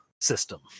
system